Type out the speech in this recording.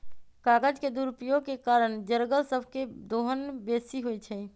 कागज के दुरुपयोग के कारण जङगल सभ के दोहन बेशी होइ छइ